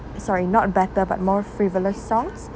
sorry not better but more frivolous songs